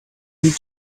need